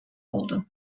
oldu